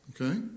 Okay